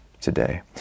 today